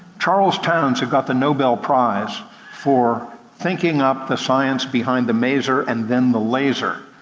charles townes, who got the nobel prize for thinking up the science behind the maser and then the laser,